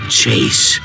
chase